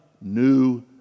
new